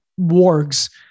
wargs